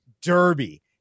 Derby